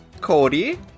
Cody